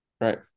right